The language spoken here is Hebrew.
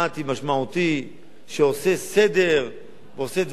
שעושה סדר ועושה דברים טובים בחברה בישראל,